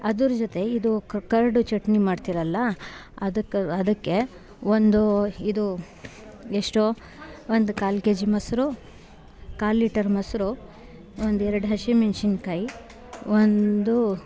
ಅದರ ಜೊತೆ ಇದು ಕರ್ಡು ಚಟ್ನಿ ಮಾಡ್ತಿರಲ್ಲ ಅದಕ್ಕೆ ಅದಕ್ಕೆ ಒಂದು ಇದು ಎಷ್ಟು ಒಂದು ಕಾಲು ಕೆ ಜಿ ಮೊಸರು ಕಾಲು ಲೀಟರ್ ಮೊಸರು ಒಂದು ಎರ್ಡು ಹಸಿಮೆಣ್ಸಿನ್ಕಾಯಿ ಒಂದು